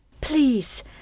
Please